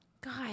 God